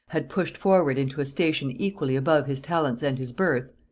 had pushed forward into a station equally above his talents and his birth,